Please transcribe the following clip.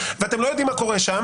שולחים, ואתם לא יודעים מה קורה שם.